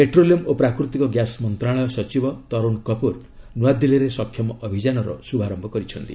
petroleum ଓ ପ୍ରାକୃତିକ gas ମନ୍ତ୍ରଣାଳୟ ସଚିବ ତରୁଣ କାପୁର ନୃଆଦିଲ୍ଲୀରେ ସକ୍ଷମ ଅଭିଯାନର ଶୁଭାରମ୍ଭ କରିଛନ୍ତି